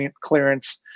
clearance